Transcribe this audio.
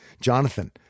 Jonathan